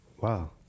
wow